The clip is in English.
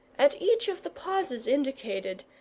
at each of the pauses indicated,